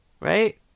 right